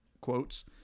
quotes